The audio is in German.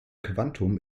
quantum